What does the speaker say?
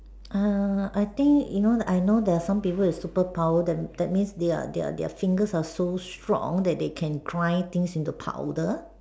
uh I think you know I know there are some people with superpower that that means their their their fingers are so strong that they can grind things into powder